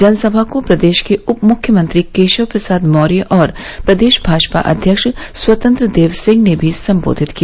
जनसभा को प्रदेश के उप मुख्यमंत्री केशव प्रसाद मौर्य और प्रदेश भाजपा अध्यक्ष स्वतंत्र देव सिंह ने भी सम्बोधित किया